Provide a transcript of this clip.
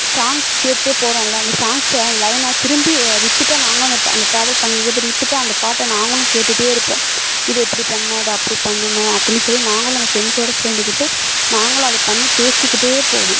songs கேட்டு போகிறோம்ல அந்த சாங்க்சை அந்த லைனை திரும்பி ரிப்பீட்டாக நாங்களும் அந்த ப அந்த ட்ராவல் பண்ணி ரிப்பீட் ரிப்பீட்டாக அந்த பாட்டை நாங்களும் கேட்டுகிட்டே இருப்போம் இதை இப்படி பண்ணும் அதை அப்படி பண்ணணும் அப்படின்னு சொல்லி நாங்களும் அந்த ஃப்ரெண்ட்ஸோடு சேர்ந்துக்கிட்டு நாங்களும் அதை பண்ணி பேசிக்கிட்டே போவோம்